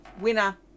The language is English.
Winner